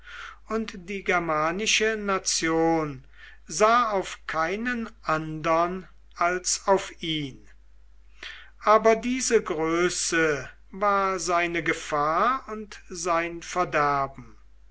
und die germanische nation sah auf keinen andern als auf ihn aber diese größe war seine gefahr und sein verderben